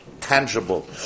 tangible